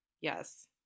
Yes